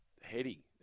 heady